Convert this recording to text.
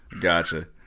Gotcha